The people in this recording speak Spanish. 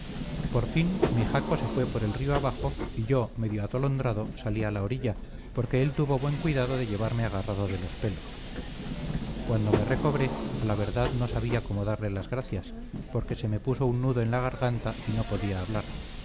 por fin mi jaco se fue por el río abajo y yo medio atolondrado salí a la orilla porque él tuvo buen cuidado de llevarme agarrado de los pelos cuando me recobré a la verdad no sabía cómo darle las gracias porque se me puso un nudo en la garganta y no podía hablar